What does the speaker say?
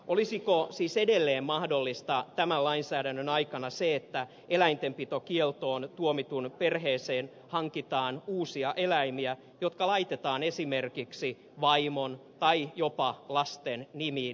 olisiko siis edelleen mahdollista tämän lainsäädännön aikana se että eläintenpitokieltoon tuomitun perheeseen hankitaan uusia eläimiä jotka laitetaan esimerkiksi vaimon tai jopa lasten nimiin